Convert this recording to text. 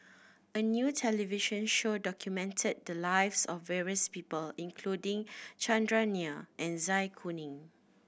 a new television show documented the lives of various people including Chandran Nair and Zai Kuning